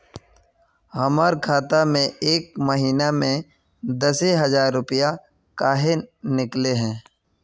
हमर खाता में एक महीना में दसे हजार रुपया काहे निकले है?